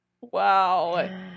Wow